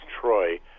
Troy